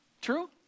True